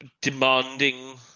demanding